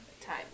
Time